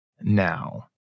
now